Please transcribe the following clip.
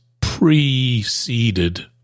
preceded